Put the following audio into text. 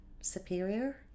superior